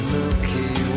Milky